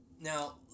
Now